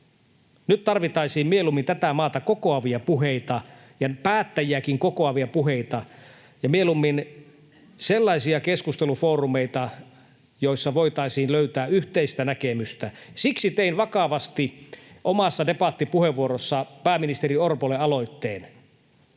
Nyt tarvittaisiin mieluummin tätä maata kokoavia puheita ja päättäjiäkin kokoavia puheita ja mieluummin sellaisia keskustelufoorumeita, joissa voitaisiin löytää yhteistä näkemystä. Siksi tein vakavasti omassa debattipuheenvuorossani pääministeri Orpolle aloitteen: